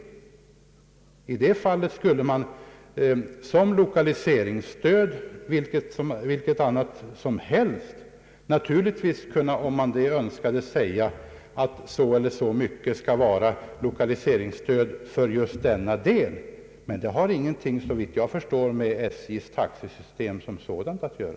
I så fall skulle man naturligtvis kunna föra in vilket annat av snitt som helst och säga att så eller så mycket skall vara lokaliseringsstöd för just den delen. Det har emellertid, såvitt jag förstår, ingenting med SJ:s taxesystem som sådant att göra.